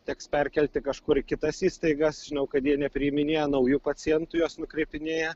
teks perkelti kažkur kitas įstaigas žinau kad jie nepriiminėja naujų pacientų juos nukreipinėja